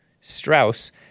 Strauss